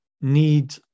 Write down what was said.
need